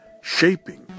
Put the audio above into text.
shaping